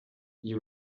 you